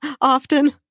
often